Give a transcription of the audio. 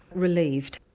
relieved.